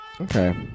Okay